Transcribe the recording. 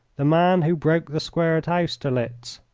the man who broke the square at austerlitz?